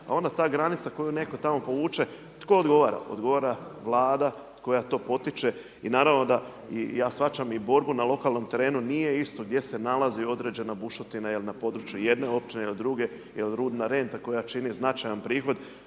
pa onda ta granica koju netko tamo povuče, tko odgovara, odgovara Vlada koja to potiče i naravno da i ja shvaćam i borbu na lokalnom terenu, nije isto gdje se nalazi određena bušotina, jel' na području jedne općine ili druge, jel' rudna renta koja čini značajan prihod,